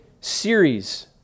series